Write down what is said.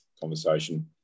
conversation